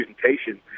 presentation